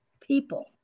people